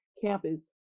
campus